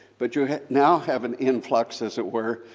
but you now have an influx, as it were,